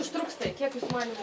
užtruks tai kiek jūsų manymu